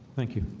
thank you.